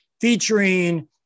featuring